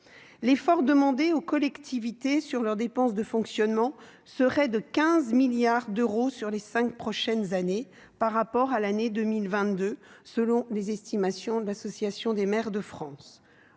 l'effort demandé aux collectivités sur leurs dépenses de fonctionnement serait de 15 milliards d'euros sur les cinq prochaines années par rapport à l'année 2022. L'encadrement de l'autofinancement et